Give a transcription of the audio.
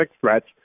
threats